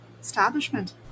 establishment